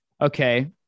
okay